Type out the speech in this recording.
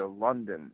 London